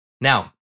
Now